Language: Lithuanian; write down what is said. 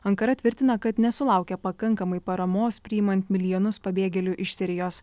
ankara tvirtina kad nesulaukė pakankamai paramos priimant milijonus pabėgėlių iš sirijos